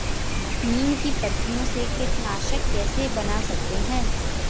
नीम की पत्तियों से कीटनाशक कैसे बना सकते हैं?